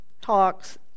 Talks